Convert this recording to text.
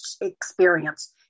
experience